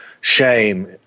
shame